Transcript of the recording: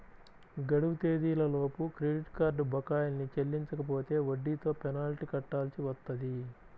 గడువు తేదీలలోపు credit card బకాయిల్ని చెల్లించకపోతే వడ్డీతో పెనాల్టీ కట్టాల్సి వత్తది